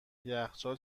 یخچال